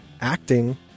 acting